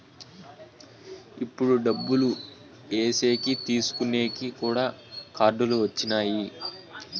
ఇప్పుడు డబ్బులు ఏసేకి తీసుకునేకి కూడా కార్డులు వచ్చినాయి